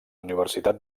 universitat